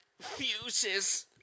Fuses